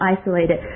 isolated